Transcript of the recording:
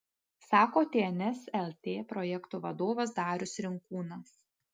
sako tns lt projektų vadovas darius rinkūnas